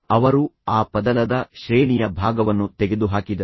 ಅವರು ಆ ಪದರದ ಶ್ರೇಣಿಯ ಭಾಗವನ್ನು ತೆಗೆದುಹಾಕಿದರು